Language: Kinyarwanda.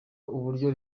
uburyo